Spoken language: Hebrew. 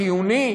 חיוני,